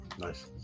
Nice